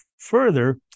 further